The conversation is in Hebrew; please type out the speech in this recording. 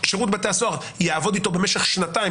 שירות בתי הסוהר יעבוד איתו במשך שנתיים,